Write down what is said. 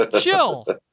chill